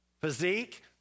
Physique